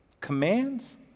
commands